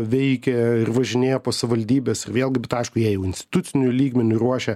veikia ir važinėja po savivaldybes ir vėlgi bet aišku jie jau instituciniu lygmeniu ruošia